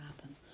happen